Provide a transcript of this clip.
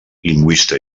lingüista